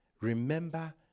Remember